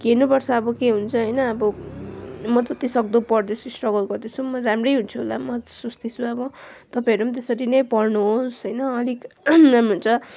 हेर्नु पर्छ अब के हुन्छ होइन अब म चाहिँ जति सक्दो पढ्दैछु स्ट्रगल गर्दैछु म राम्रै हुन्छु होला म सोच्दैछु अब तपाईँहरू पनि त्यसरी नै पढ्नुहोस् होइन अलिक राम्रो हुन्छ